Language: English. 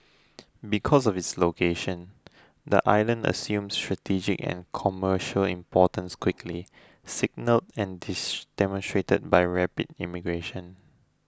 because of its location the island assumed strategic and commercial importance quickly signalled and demonstrated by rapid immigration